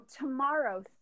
tomorrow